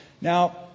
Now